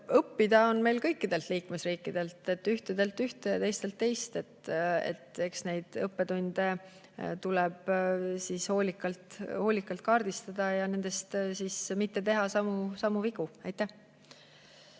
õppida on meil kõikidelt liikmesriikidelt, ühtedelt ühte ja teistelt teist. Neid õppetunde tuleb hoolikalt kaardistada ja mitte teha samu vigu. Aitäh!